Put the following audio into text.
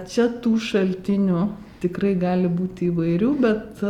čia tų šaltinių tikrai gali būt įvairių bet